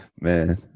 Man